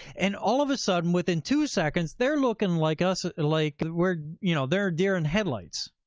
and all of a sudden, within two seconds, they're looking like us, ah like, we're you know, they're deer in headlights,